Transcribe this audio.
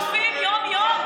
הילדים שלנו חוטפים יום-יום.